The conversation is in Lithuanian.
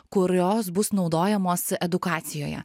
kurios bus naudojamos edukacijoje